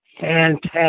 Fantastic